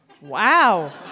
Wow